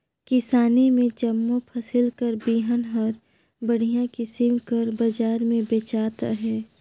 किसानी में जम्मो फसिल कर बीहन हर बड़िहा किसिम कर बजार में बेंचात अहे